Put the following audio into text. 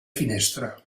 finestra